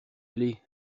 aller